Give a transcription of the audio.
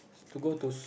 to go to sk~